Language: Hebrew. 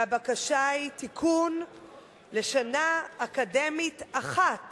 והבקשה לתיקון היא לשנה אקדמית אחת